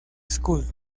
school